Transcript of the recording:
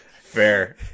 Fair